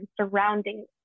surrounding